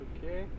Okay